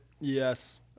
Yes